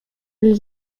will